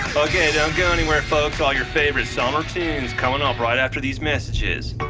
ok, don't go anywhere, folks. all your favorite summer tunes coming ah up right after these messages